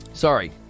Sorry